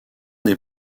des